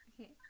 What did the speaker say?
Okay